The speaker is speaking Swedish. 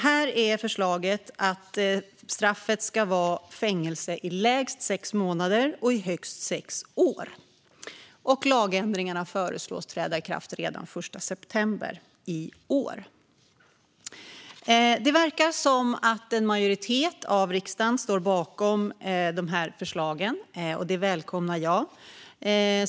Här är förslaget att straffet ska vara fängelse i lägst sex månader och högst sex år, och lagändringarna föreslås träda i kraft redan den 1 september i år. Det verkar som om en majoritet av riksdagen står bakom förslagen, och det välkomnar jag.